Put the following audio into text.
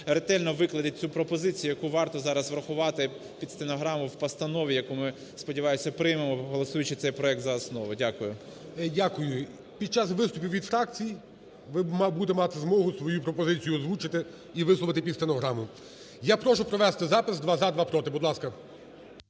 ретельно викладе цю пропозицію, яку варто зараз врахувати під стенограму в постанові, яку ми, сподіваюсь, приймемо голосуючи цей проект за основу. Дякую. ГОЛОВУЮЧИЙ. Дякую. Під час виступів від фракцій ви будете мати змогу свою пропозицію озвучити і висловити під стенограму. Я прошу провести запис: два – за, два – проти, будь ласка.